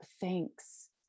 thanks